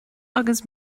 agus